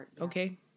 Okay